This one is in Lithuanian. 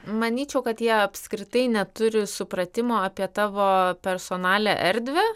manyčiau kad jie apskritai neturi supratimo apie tavo personalią erdvę